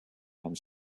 and